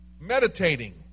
Meditating